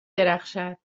درخشد